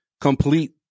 complete